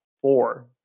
four